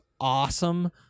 awesome